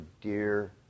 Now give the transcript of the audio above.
dear